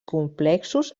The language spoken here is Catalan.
complexos